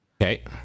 Okay